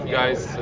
guys